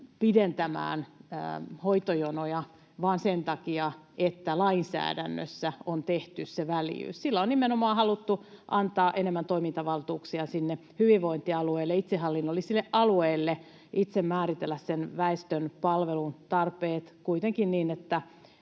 pidentämään hoitojonoja vain sen takia, että lainsäädännössä on tehty se väljyys. Sillä on nimenomaan haluttu antaa enemmän toimintavaltuuksia sinne hyvinvointialueille, itsehallinnollisille alueille, itse määritellä sen väestön palvelutarpeet, kuitenkin niin, että